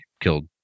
killed